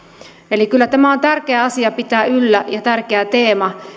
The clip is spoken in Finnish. eli kyllä tämä on tärkeä asia pitää yllä ja tärkeä teema